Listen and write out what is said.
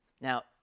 Now